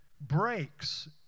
breaks